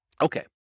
Okay